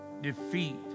defeat